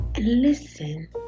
listen